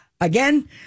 Again